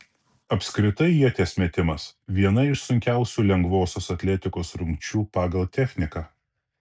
apskritai ieties metimas viena iš sunkiausių lengvosios atletikos rungčių pagal techniką